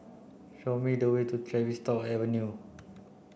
show me the way to Tavistock Avenue